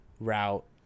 route